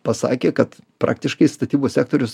pasakė kad praktiškai statybų sektorius